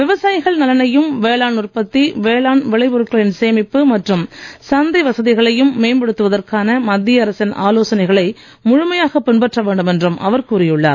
விவசாயிகள் நலனையும் வேளாண் உற்பத்தி வேளாண் விளை பொருட்களின் வசதிகளையும் மேம்படுத்துவதற்கான மத்திய அரசின் ஆலோசனைகளை முழுமையாகப் பின்பற்ற வேண்டும் என்றும் அவர் கூறியுள்ளார்